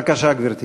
בבקשה, גברתי.